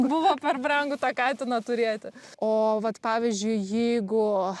buvo per brangu tą katiną turėti o vat pavyzdžiui jeigu